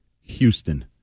Houston